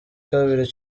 kabiri